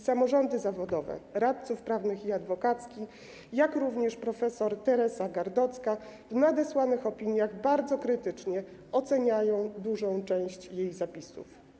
Samorządy zawodowe: radców prawnych i adwokacki, jak również prof. Teresa Gardocka w nadesłanych opiniach bardzo krytycznie oceniają dużą część jej zapisów.